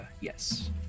yes